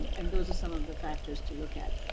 and those are some of the factors to look at.